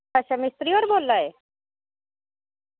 अच्छा मिस्त्री होर बोल्ला दे